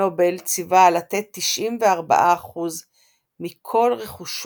נובל ציווה לתת 94% מכל רכושו,